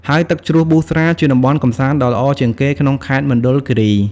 ហើយទឹកជ្រោះប៊ូស្រាជាតំបន់កំសាន្តដ៏ល្អជាងគេក្នុងខេត្តមណ្ឌលគិរី។